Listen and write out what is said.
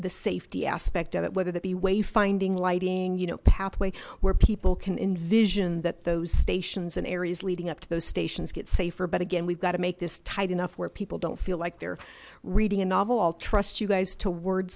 the safety aspect of it whether that be way finding lighting you know pathway where people can envision that those stations and areas leading up to those stations get safer but again we've got to make this tight enough where people don't feel like they're reading a novel i'll trust you guys to word